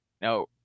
no